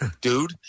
dude